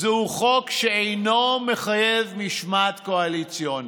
זהו חוק שאינו מחייב משמעת קואליציונית.